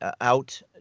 out